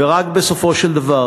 ורק בסופו של דבר,